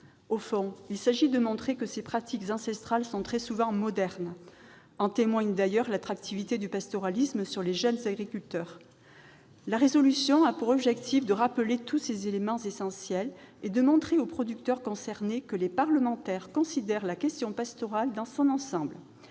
Au fond, il s'agit de montrer que ces pratiques ancestrales sont très souvent modernes. En témoigne d'ailleurs l'attractivité du pastoralisme sur les jeunes agriculteurs. La résolution a pour objectif de rappeler tous ces éléments essentiels et de montrer aux producteurs concernés que les parlementaires considèrent la question pastorale dans son ensemble.